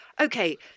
okay